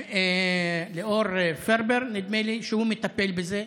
עם ליאור פרבר, נדמה לי, שמטפל בזה,